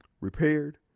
repaired